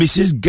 Mrs